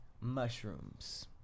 mushrooms